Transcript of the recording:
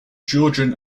georgian